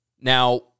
Now